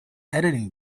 editing